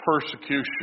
persecution